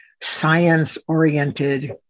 science-oriented